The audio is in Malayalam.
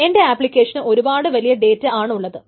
എൻറെ ആപ്ലിക്കേഷന് ഒരുപാട് വലിയ ഡേറ്റ ആണ് ഉള്ളത്